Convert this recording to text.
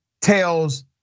tells